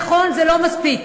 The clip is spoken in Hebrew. נכון, זה לא מספיק,